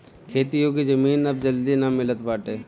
खेती योग्य जमीन अब जल्दी ना मिलत बाटे